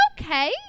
okay